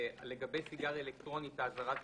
לגבי סיגריה אלקטרונית האזהרה תהיה: